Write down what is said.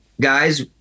guys